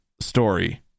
story